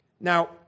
Now